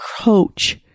coach